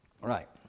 right